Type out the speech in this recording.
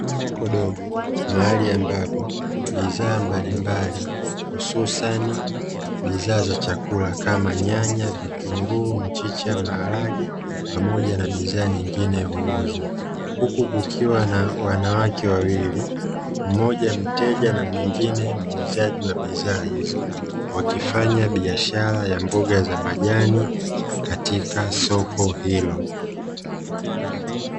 Soko dogo maali ambapo kama vile maharage pamoja na bidhaa nyingine huku kukiwa na watu tofaut mteja pamoja na muuzaji katika soko hilo